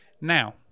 Now